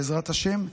בעזרת השם,